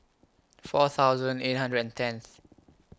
four thousand eight hundred and tenth